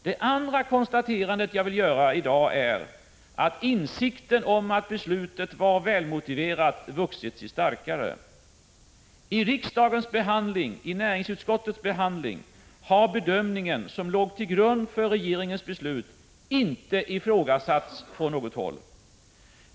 Det andra konstaterandet jag vill göra i dag är att insikten om att beslutet var välmotiverat vuxit sig starkare. I näringsutskottets behandling har bedömningen som låg till grund för regeringens beslut inte ifrågasatts från något håll.